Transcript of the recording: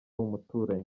umuturanyi